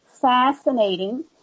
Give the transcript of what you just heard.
fascinating